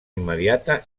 immediata